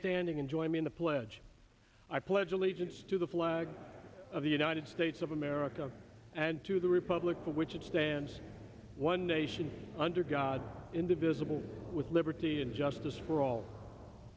standing and join me in the pledge i pledge allegiance to the flag of the united states of america and to the republic with which it stands one nation under god indivisible with liberty and justice for all